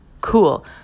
Cool